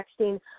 texting